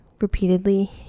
repeatedly